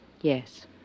Yes